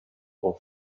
for